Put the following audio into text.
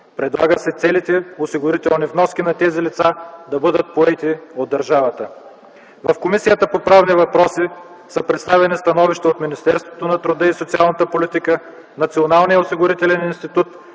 Предлага се целите осигурителни вноски на тези лица се поемат от държавата. В Комисията по правни въпроси са представени становища от Министерство на труда и социалната политика, Националния осигурителен институт,